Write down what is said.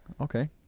Okay